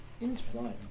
Interesting